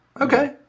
Okay